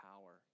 power